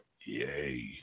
yay